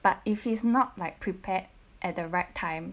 but if he's not like prepared at the right time